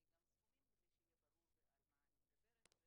גם סכומים כדי שיהיה ברור על מה אני מדברת.